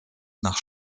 nach